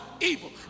evil